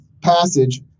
passage